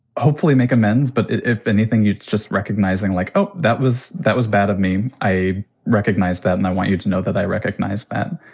hopefully make amends. but if anything, you just recognizing like ah that was that was bad of me. i recognize that. and i want you to know that i recognize that.